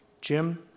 Jim